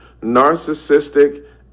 narcissistic